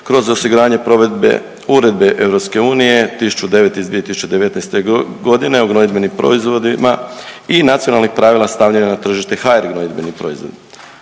kroz osiguranje provedbe Uredbe EU 1009 iz 2019. godine o gnojidbenim proizvodima i nacionalnih pravila stavljanja na tržište HR gnojidbenih proizvoda,